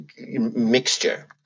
mixture